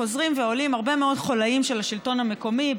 חוזרים ועולים הרבה מאוד חוליים של השלטון המקומי,